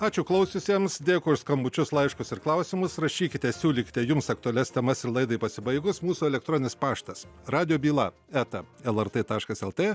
ačiū klausiusiems dėkui už skambučius laiškus ir klausimus rašykite siūlykite jums aktualias temas ir laidai pasibaigus mūsų elektroninis paštas radijo byla eta lrt taškas lt